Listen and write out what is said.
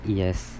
yes